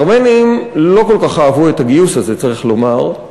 הארמנים לא כל כך אהבו את הגיוס הזה, צריך לומר,